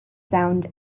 sound